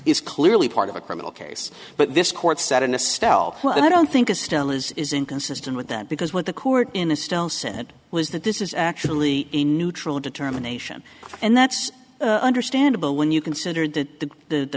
is clearly part of a criminal case but this court said in a style well i don't think it still is inconsistent with that because what the court in the stone said was that this is actually a neutral determination and that's understandable when you consider that the the